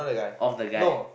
of the guy